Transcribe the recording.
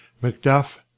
Macduff